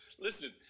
listen